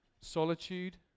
solitude